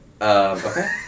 okay